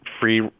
free